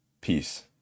Peace